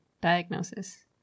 diagnosis